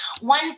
one